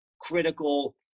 critical